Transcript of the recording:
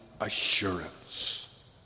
assurance